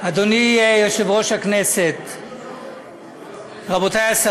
הפחתת הגירעון והגבלת ההוצאה התקציבית (תיקון מס'